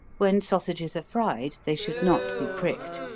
when sausages are fried, they should not be pricked,